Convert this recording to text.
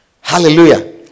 Hallelujah